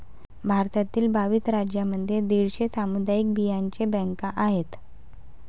भारतातील बावीस राज्यांमध्ये दीडशे सामुदायिक बियांचे बँका आहेत